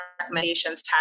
recommendations